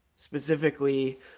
Specifically